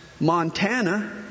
Montana